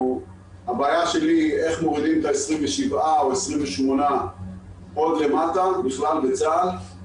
הבעיה שלי היא איך מורידים את ה-27 או 28 עוד למטה בכלל בצה"ל.